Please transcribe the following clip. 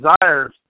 desires